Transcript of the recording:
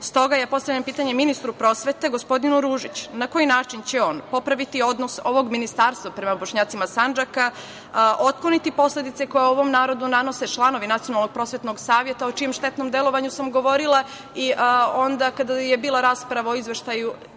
ja postavljam pitanje ministru prosvete, gospodinu Ružiću - na koji način će on popraviti odnos ovog Ministarstva prema Bošnjacima Sandžaka, otkloniti posledice koje ovom narodu nanose članovi Nacionalnog prosvetnog saveta, o čijem štetnom delovanju sam govorila i onda kada je bila rasprava o Izveštaju